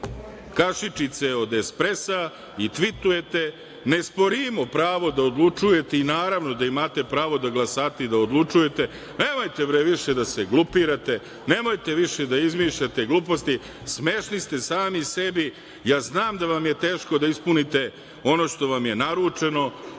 kašičice od espresa i tvitujete, ne sporimo pravo da odlučujete i naravno da imate pravo da glasate i da odlučujete. Nemojte bre više da se glupirate, nemojte više da izmišljate gluposti. Smešni ste sami sebi. Ja znam da vam je teško da ispunite ono što vam je naručeno,